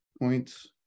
points